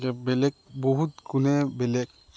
বেলেগ বহুত গুণে বেলেগ